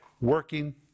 working